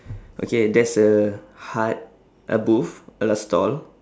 okay there's a hut a booth and a stall